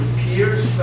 peers